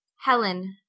Helen